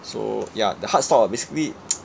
so ya the heart stop ah basically